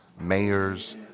mayors